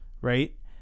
Right